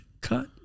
cut